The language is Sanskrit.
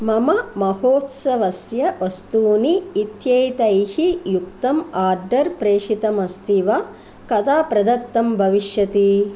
मम महोत्सवस्य वस्तूनि इत्येतैः युक्तम् आर्डर् प्रेषितमस्ति वा कदा प्रदत्तं भविष्यति